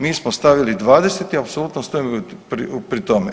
Mi smo stavili 20 i apsolutno stojim pri tome.